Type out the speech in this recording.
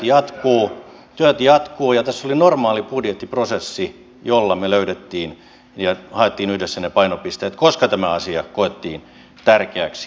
nämä työt jatkuvat ja tässä oli normaali budjettiprosessi jolla me haimme ja löysimme yhdessä ne painopisteet koska tämä asia koettiin tärkeäksi